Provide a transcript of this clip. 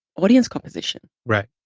audience composition. right.